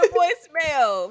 voicemail